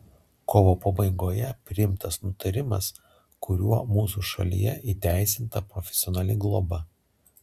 kovo pabaigoje priimtas nutarimas kuriuo mūsų šalyje įteisinta profesionali globa